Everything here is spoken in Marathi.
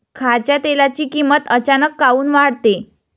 खाच्या तेलाची किमत अचानक काऊन वाढते?